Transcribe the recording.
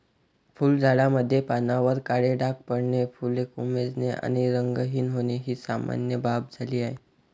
फुलझाडांमध्ये पानांवर काळे डाग पडणे, फुले कोमेजणे आणि रंगहीन होणे ही सामान्य बाब झाली आहे